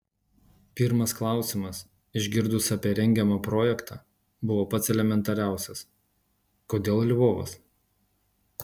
pirmas klausimas išgirdus apie rengiamą projektą buvo pats elementariausias kodėl lvovas